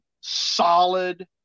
solid